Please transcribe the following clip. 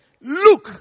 Look